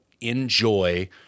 enjoy